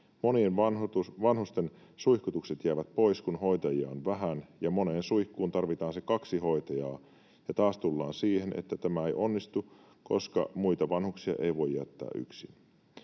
Monien vanhusten suihkutukset jäävät pois, kun hoitajia on vähän, ja moneen suihkuun tarvitaan se kaksi hoitajaa, ja taas tullaan siihen, että tämä ei onnistu, koska muita vanhuksia ei voi jättää yksin.